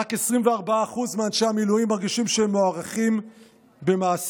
רק 24% מאנשי המילואים מרגישים שהם מוערכים במעשים,